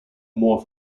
more